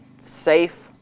safe